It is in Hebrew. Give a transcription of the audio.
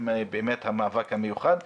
המאבק המיוחד חשוב.